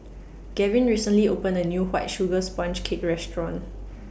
Gavin recently opened A New White Sugar Sponge Cake Restaurant